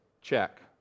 check